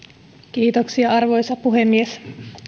arvoisa puhemies